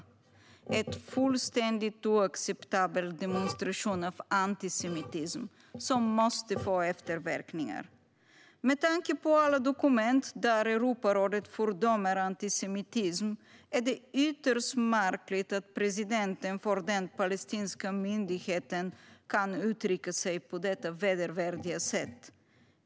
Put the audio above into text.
Det är en fullständigt oacceptabel demonstration av antisemitism som måste få efterverkningar. Med tanke på alla dokument där Europarådet fördömer antisemitism är det ytterst märkligt att presidenten för den palestinska myndigheten kan uttrycka sig på detta vedervärdiga sätt.